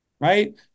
Right